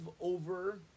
over